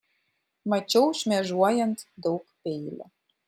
mačiau šmėžuojant daug peilių